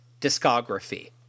discography